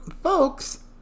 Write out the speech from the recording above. Folks